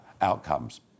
outcomes